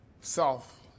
self